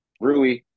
Rui